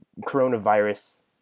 coronavirus